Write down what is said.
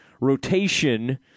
rotation